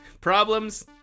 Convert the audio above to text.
Problems